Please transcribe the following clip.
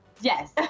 yes